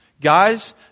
Guys